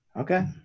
Okay